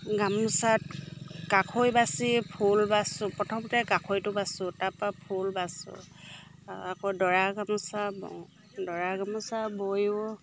গামোচাত কাষৈ বাচি ফুল বাচোঁ প্ৰথমতে কাষৈটো বাছোঁ তাৰপা ফুল বাচোঁ আকৌ দৰা গামোচা বওঁ দৰা গামোচা বয়ো